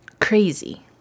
Crazy